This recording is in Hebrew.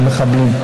למחבלים.